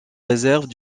réserves